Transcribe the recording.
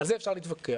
על זה אפשר להתווכח.